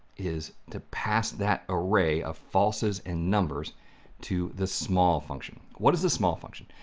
is to pass that array of falses and numbers to the small function. what is the small function?